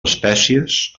espècies